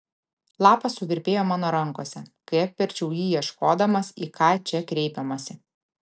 lapas suvirpėjo mano rankose kai apverčiau jį ieškodamas į ką čia kreipiamasi